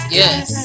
yes